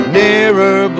nearer